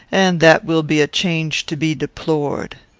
and that will be a change to be deplored.